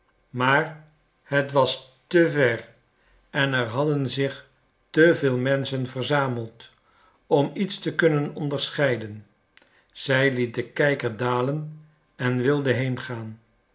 maar het was te ver en er hadden zich te veel menschen verzameld om iets te kunnen onderscheiden zij liet den kijker dalen en wilde heengaan